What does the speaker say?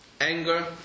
Anger